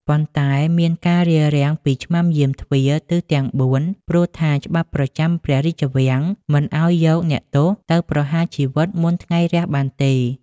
ប៉ុន្តែ មានការរារាំងពីឆ្មាំយាមទ្វារទិសទាំងបួន ព្រោះថាច្បាប់ប្រចាំព្រះរាជវាំងមិនអាចយកអ្នកទោសទៅប្រហារជីវិតមុនថ្ងៃរះបានទេ។